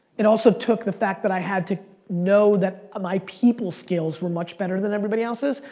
it also took the fact that i had to know that my people skills were much better than everybody else's.